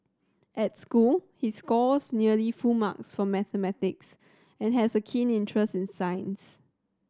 at school he scores nearly full marks for mathematics and has a keen interest in science